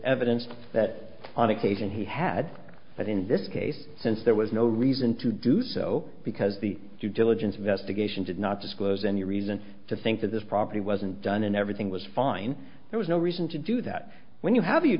evidence that on occasion he had but in this case since there was no reason to do so because the due diligence investigation did not disclose any reason to think that this property wasn't done and everything was fine there was no reason to do that when you h